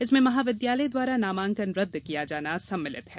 इसमें महाविद्यालय द्वारा नामांकन रद्द किया जाना सम्मिलित है